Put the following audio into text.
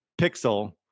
Pixel